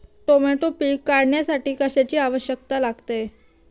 Tomato पीक काढण्यासाठी कशाची आवश्यकता लागते?